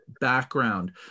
background